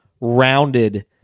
rounded